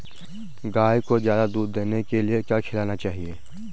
गाय को ज्यादा दूध देने के लिए क्या खिलाना चाहिए?